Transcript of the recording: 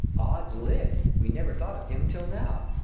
ods lid, we never thought of him till now!